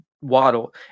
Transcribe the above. Waddle